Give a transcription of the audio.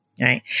right